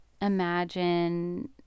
imagine